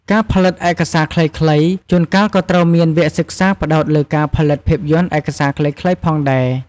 ការផលិតឯកសារខ្លីៗ ជួនកាលក៏ត្រូវមានវគ្គសិក្សាផ្ដោតលើការផលិតភាពយន្តឯកសារខ្លីៗផងដែរ។